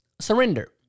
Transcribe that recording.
Surrender